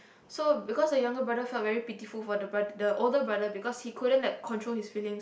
so because the younger brother felt very pitiful for the brother the older brother because he couldn't like control his feelings